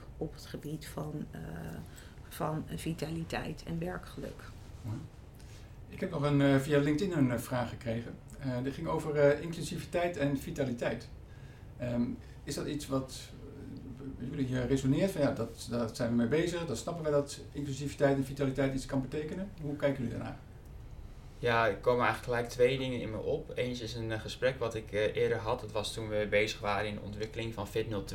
op het gebied van, eh, van vitaliteit en werkgeluk? Mooi. Ik heb nog een, eh, via LinkedIn een, eh, vraag gekregen. Eh, die ging over, eh, inclusiviteit en vitaliteit. Ehm, is dat iets wat, eh, w- w- jullie hier resoneert? Van ja, dat- daar zijn we mee bezig, dat snappen we dat inclusiviteit en vitaliteit iets kan betekenen. Hoe kijken jullie daarnaar? Ja, er komen eigenlijk gelijk twee dingen in me op. Eentje is een, eh, gesprek wat ik, eh, eerder had. Dat was toen we bezig waren in de ontwikkeling van Fit020.